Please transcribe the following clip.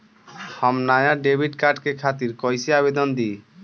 हम नया debit card के खातिर कइसे आवेदन दीं?